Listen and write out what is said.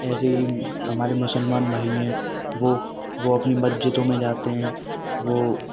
ऐसे ही हमारे मुसलमान भाई हैं वो वो अपने मस्जिदों में जाते हैं वो